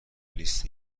لیست